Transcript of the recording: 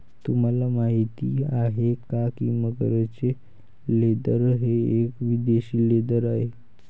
तुम्हाला माहिती आहे का की मगरीचे लेदर हे एक विदेशी लेदर आहे